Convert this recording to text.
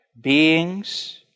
beings